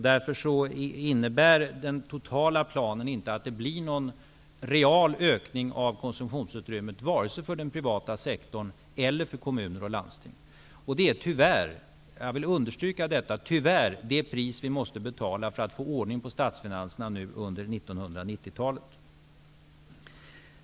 Därför innebär den totala planen inte att det blir någon real ökning av konsumtionsutrymmet, vare sig för den privata sektorn eller för kommuner och landsting. Det är tyvärr -- jag vill understryka detta -- det pris vi nu får betala för att få ordning på statsfinanserna under 1990-talet.